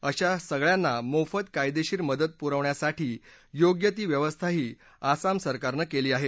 अशा सगळ्यांना मोफत कायदेशीर मदत पुरवण्यासाठीची योग्य ती व्यवस्थाही आसाम सरकारनं केली आहे